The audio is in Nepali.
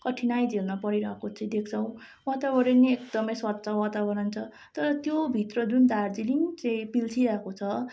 कठिनाइ झेल्न परिरहेको चाहिँ देख्छौँ वातावरणीय एकदमै स्वच्छ वातावरण छ तर त्यो भित्र जुन दार्जिलिङ चाहिँ पिल्सिरहेको छ